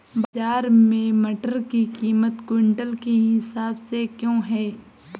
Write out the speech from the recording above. बाजार में मटर की कीमत क्विंटल के हिसाब से क्यो है?